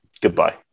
goodbye